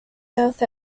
south